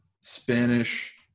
Spanish